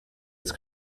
its